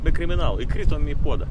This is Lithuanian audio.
be kriminalo įkritom į puodą